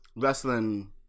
wrestling